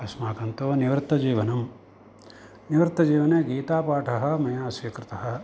अस्माकं तु निवृत्तजीवनम् निवृत्तजीवने गीतापाठः मया स्वीकृतः